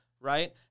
right